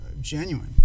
genuine